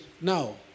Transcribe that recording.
now